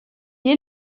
est